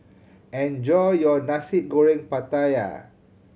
enjoy your Nasi Goreng Pattaya